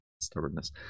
Stubbornness